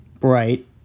right